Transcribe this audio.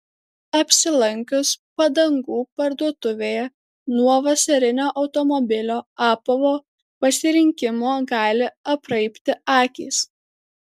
apsilankius padangų parduotuvėje nuo vasarinio automobilio apavo pasirinkimo gali apraibti akys